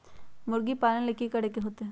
मुर्गी पालन ले कि करे के होतै?